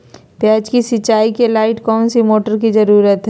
प्याज की सिंचाई के लाइट कौन सी मोटर की जरूरत है?